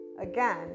again